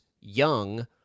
young